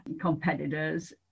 competitors